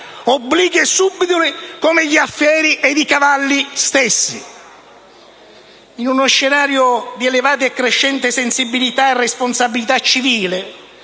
obliqui e subdoli come gli alfieri ed i cavalli stessi. In uno scenario di elevata e crescente sensibilità e responsabilità civile